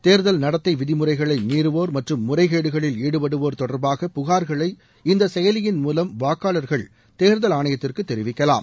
தேர்தல் நடத்தை விதிமுறைகளை மீறுவோர் மற்றும் முறைகேடுகளில் ஈடுபடுவோர் தொடர்பாக புகார்களை இந்த செயலியின் மூலம் வாக்காளர்கள் தேர்தல் ஆணையத்திற்கு தெரிவிக்கலாம்